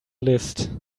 list